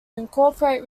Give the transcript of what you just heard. incorporate